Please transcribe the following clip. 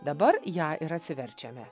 dabar ją ir atsiverčiame